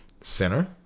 center